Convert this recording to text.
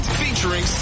featuring